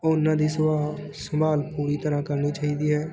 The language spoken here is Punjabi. ਉਹਨਾਂ ਦੀ ਸਵਾਹ ਸੰਭਾਲ ਪੂਰੀ ਤਰ੍ਹਾਂ ਕਰਨੀ ਚਾਹੀਦੀ ਹੈ